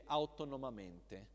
autonomamente